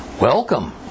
Welcome